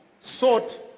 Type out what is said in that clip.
sought